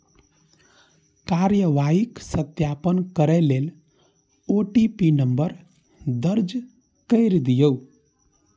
कार्रवाईक सत्यापन करै लेल ओ.टी.पी नंबर दर्ज कैर दियौ